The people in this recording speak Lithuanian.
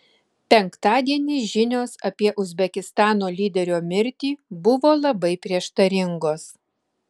penktadienį žinios apie uzbekistano lyderio mirtį buvo labai prieštaringos